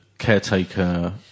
Caretaker